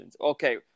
Okay